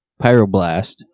pyroblast